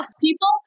People